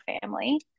family